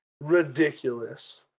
ridiculous